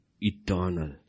Eternal